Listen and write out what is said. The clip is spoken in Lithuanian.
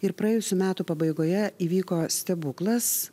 ir praėjusių metų pabaigoje įvyko stebuklas